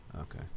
Okay